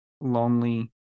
lonely